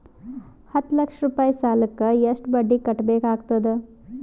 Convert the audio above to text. ಹತ್ತ ಲಕ್ಷ ರೂಪಾಯಿ ಸಾಲಕ್ಕ ಎಷ್ಟ ಬಡ್ಡಿ ಕಟ್ಟಬೇಕಾಗತದ?